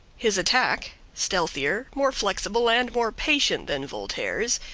his attack, stealthier, more flexible and more patient than voltaire's,